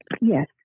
Yes